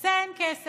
לזה אין כסף.